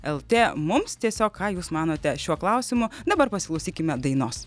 lt mums tiesiog ką jūs manote šiuo klausimu dabar pasiklausykime dainos